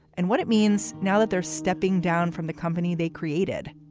and what it means now that they're stepping down from the company they created.